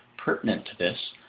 pertinent to this,